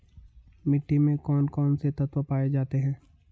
मिट्टी में कौन कौन से तत्व पाए जाते हैं?